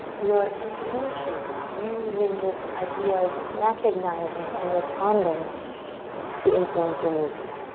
your intention using this idea of recognizing and responding to influence your movement.